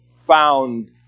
found